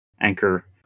anchor